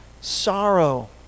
sorrow